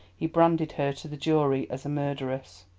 he branded her to the jury as a murderess.